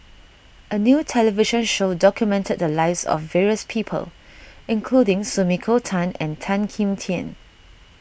a new television show documented the lives of various people including Sumiko Tan and Tan Kim Tian